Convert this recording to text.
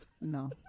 No